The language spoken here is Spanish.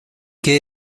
que